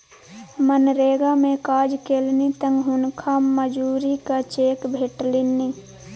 मनरेगा मे काज केलनि तँ हुनका मजूरीक चेक भेटलनि